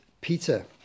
Peter